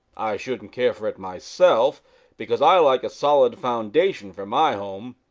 i shouldn't care for it myself because i like a solid foundation for my home,